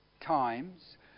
times